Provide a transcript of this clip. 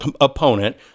opponent